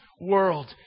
world